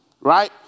Right